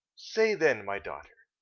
say then, my daughter,